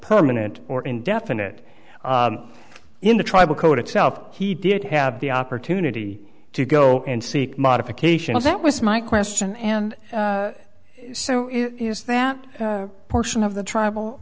permanent or indefinite in the tribal code itself he did have the opportunity to go and seek modification and that was my question and so it is that portion of the tribal